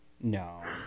No